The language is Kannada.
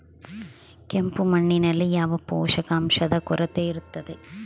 ಕೆಂಪು ಮಣ್ಣಿನಲ್ಲಿ ಯಾವ ಪೋಷಕಾಂಶದ ಕೊರತೆ ಇರುತ್ತದೆ?